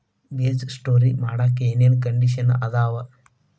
ಬೇಜ ಸ್ಟೋರ್ ಮಾಡಾಕ್ ಏನೇನ್ ಕಂಡಿಷನ್ ಅದಾವ?